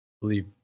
believe